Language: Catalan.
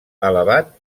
elevat